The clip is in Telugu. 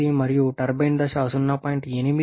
8 మరియు టర్బైన్ దశ 0